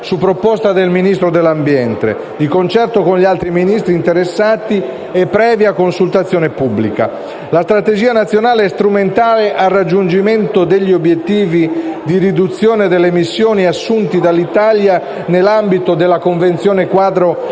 tutela del territorio e del mare, di concerto con gli altri Ministri interessati e previa consultazione pubblica. La Strategia nazionale è strumentale al raggiungimento degli obiettivi di riduzione delle emissioni assunti dall'Italia nell'ambito della Convenzione quadro